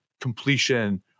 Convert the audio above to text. completion